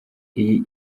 iyi